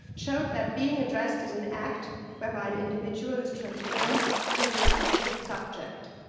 showed that being addressed is an act whereby an individual is transformed into a specific subject.